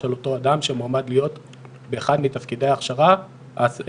של אותו אדם שמועמד להיות באחד מתפקידי האבטחה,